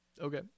okay